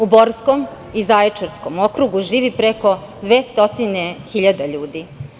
U Borskom i Zaječarskom okrugu živi preko 200.000 ljudi.